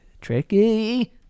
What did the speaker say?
Tricky